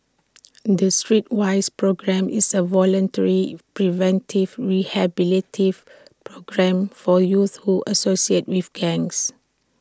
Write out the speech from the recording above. the Streetwise programme is A voluntary preventive programme for youths who associate with gangs